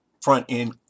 front-end